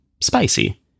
spicy